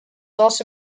also